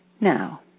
Now